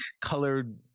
colored